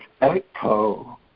echo